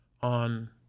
on